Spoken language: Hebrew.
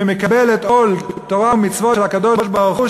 שמקבל את עול תורה ומצוות של הקדוש-ברוך-הוא,